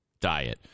diet